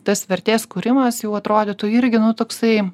tas vertės kūrimas jau atrodytų irgi nu toksai